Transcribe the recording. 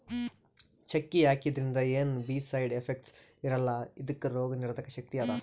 ಚಕ್ಕಿ ಹಾಕಿದ್ರಿಂದ ಏನ್ ಬೀ ಸೈಡ್ ಎಫೆಕ್ಟ್ಸ್ ಇರಲ್ಲಾ ಇದಕ್ಕ್ ರೋಗ್ ನಿರೋಧಕ್ ಶಕ್ತಿ ಅದಾ